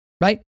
right